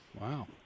Wow